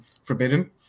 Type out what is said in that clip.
forbidden